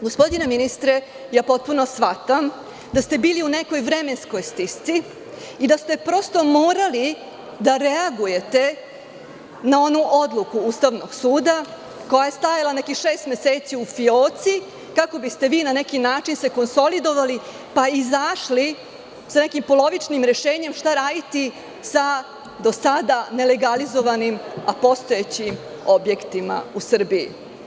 Gospodine ministre, ja potpuno shvatam da ste bili u nekoj vremenskoj stisci i da ste prosto morali da reagujete na onu odluku Ustavnog suda koja je stajala nekih šest meseci u fioci, kako biste vi na neki način se konsolidovali, pa izašli sa nekim polovičnim rešenjem – šta raditi sa do sada nelegalizovanim, a postojećim objektima u Srbiji.